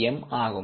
M ആകും